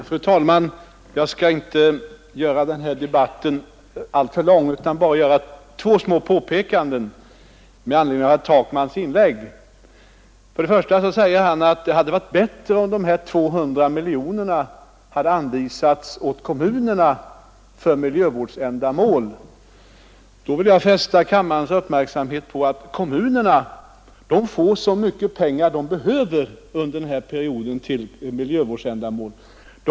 Fru talman! Jag skall inte göra debatten alltför lång utan skall bara göra två små påpekanden med anledning av herr Takmans inlägg. Först säger han att det hade varit bättre om de 200 miljonerna hade anvisats åt kommunerna för miljövårdsändamål. Då vill jag fästa kammarens uppmärksamhet på att kommunerna under den här perioden får så mycket pengar de behöver till miljövårdsändamål.